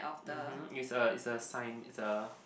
mmhmm it's a it's a sign it's a